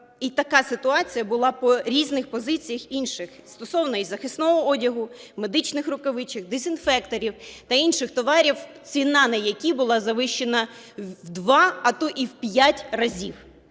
І така ситуація була по різних позиціях інших, стосовно і захисного одягу, медичних рукавичок, дезінфекторів та інших товарів, ціна на які була завищена в два, а то і в п'ять разів.